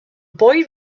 boy